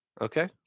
Okay